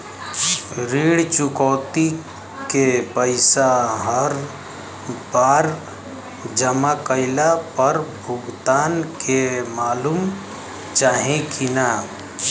ऋण चुकौती के पैसा हर बार जमा कईला पर भुगतान के मालूम चाही की ना?